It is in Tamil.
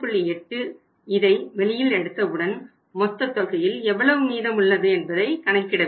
8 இதை வெளியில் எடுத்தவுடன் மொத்தத் தொகையில் எவ்வளவு மீதம் உள்ளது என்பதை கணக்கிட வேண்டும்